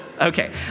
Okay